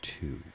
two